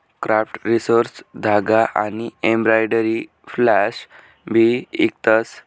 craft resources धागा आनी embroidery floss भी इकतस